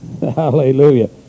Hallelujah